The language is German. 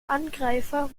angreifer